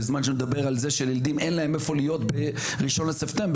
בזמן שנדבר על זה שלילדים אין להם איפה להיות ב-1 לספטמבר,